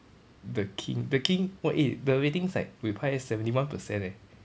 the king the king !wah! eh the ratings like buay pai eh seventy one percent eh